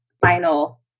final